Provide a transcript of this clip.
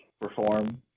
perform